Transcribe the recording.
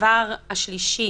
הדבר השלישי